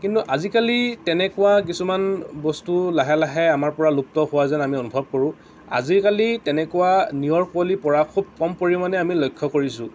কিন্তু আজিকালি তেনেকুৱা কিছুমান বস্তু লাহে লাহে আমাৰ পৰা লুপ্ত হোৱা যেন আমি অনুভৱ কৰোঁ আজিকালি তেনেকুৱা নিয়ৰ কুঁৱলী পৰা খুব কম পৰিমাণে আমি লক্ষ্য কৰিছোঁ